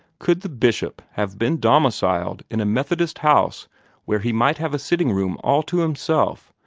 could the bishop have been domiciled in a methodist house where he might have a sitting-room all to himself,